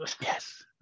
Yes